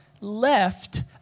left